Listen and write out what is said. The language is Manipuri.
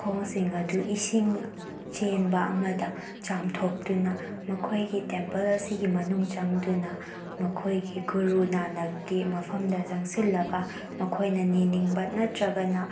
ꯈꯣꯡ ꯁꯤꯡ ꯑꯗꯨ ꯏꯁꯤꯡ ꯆꯦꯟꯕ ꯑꯃꯗ ꯆꯝꯊꯣꯛꯇꯨꯅ ꯃꯈꯣꯏꯒꯤ ꯇꯦꯝꯄꯜ ꯑꯁꯤꯒꯤ ꯃꯅꯨꯡ ꯆꯪꯗꯨꯅ ꯃꯈꯣꯏꯒꯤ ꯒꯨꯔꯨ ꯅꯥꯅꯛꯀꯤ ꯃꯐꯝꯗ ꯆꯪꯁꯤꯜꯂꯒ ꯃꯈꯣꯏꯅ ꯅꯤꯅꯤꯡꯕ ꯅꯠꯇ꯭ꯔꯒꯅ